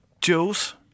Jules